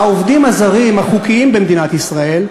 העובדים הזרים,